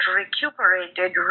recuperated